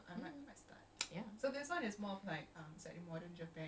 ya that genre is is I mean that's my favourite genre which is shonan